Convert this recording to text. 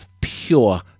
pure